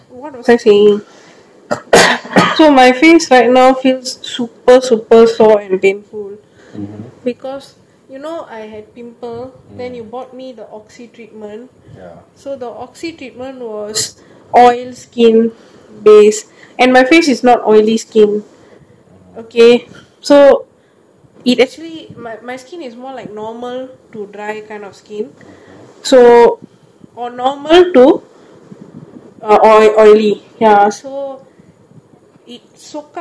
so my face right now feels super super sore and painful because you know I had pimple then you bought me the oxy treatment so the oxley treatment was oil skin base and my face is not oily skin okay so eh actually my my skin is more like normal to dry kind of skin so a normal to oil~ oily ya so it soak up so much of the little oil that was already in my face